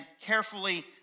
carefully